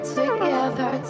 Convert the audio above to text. together